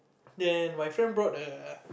then my friend brought a